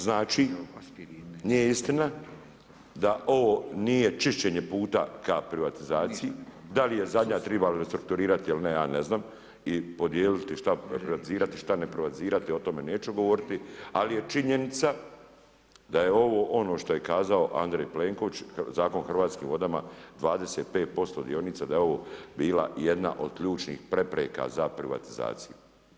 Znači nije istina da ovo nije čišćenje puta k privatizaciji, da li je zadnja trebala restrukturirati ili ne, ja ne znam i podijeliti sve organizirati šta ne privatizirati o tome neću govoriti, ali je činjenica da je ovo ono što je kazao Andrej Plenković Zakon o hrvatskim vodama 25% dionica da je ovo bila jedna od ključnih prepreka za privatizaciju.